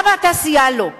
למה תעשייה לא?